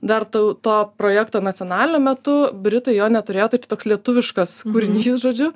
dar tau to projekto nacionalinio metu britai jo neturėjo tai čia toks lietuviškas kūrinys žodžiu